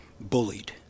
bullied